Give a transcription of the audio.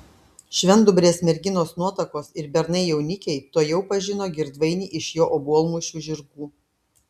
švendubrės merginos nuotakos ir bernai jaunikiai tuojau pažino girdvainį iš jo obuolmušių žirgų